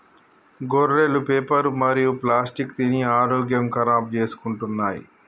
గొర్రెలు పేపరు మరియు ప్లాస్టిక్ తిని ఆరోగ్యం ఖరాబ్ చేసుకుంటున్నయ్